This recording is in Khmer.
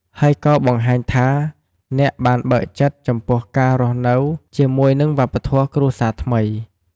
ហើយក៏បង្ហាញថាអ្នកបានបើកចិត្តចំពោះការរស់នៅជាមួយនឹងវប្បធម៌គ្រួសារថ្មី។